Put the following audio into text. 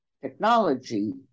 Technology